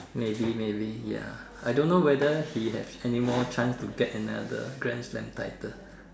maybe maybe ya I don't know whether he have anymore chance to get another grand slam title